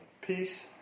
peace